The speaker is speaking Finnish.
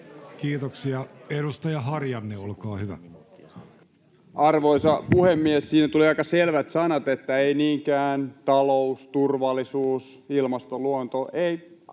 Kiitoksia. — Edustaja Harjanne, olkaa hyvä. Arvoisa puhemies! Siinä tuli aika selvät sanat, että ei niinkään taloudella, turvallisuudella, ilmastolla,